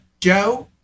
Joe